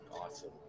Awesome